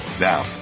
Now